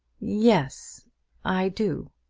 yes i do.